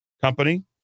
company